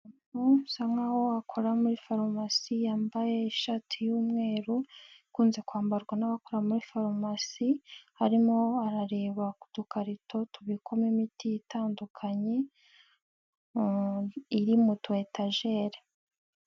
Umuntu usa nkaho akora muri farumasi yambaye ishati y'umweru ikunze kwambarwa n'abakora muri farumasi, arimo arareba udukarito tubikwamo imiti itandukanye iri mu tu etajeri.